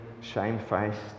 shamefaced